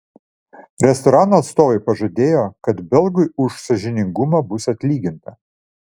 restorano atstovai pažadėjo kad belgui už sąžiningumą bus atlyginta